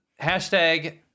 hashtag